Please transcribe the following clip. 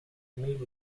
mil